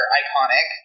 iconic